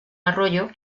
arroyo